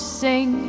sing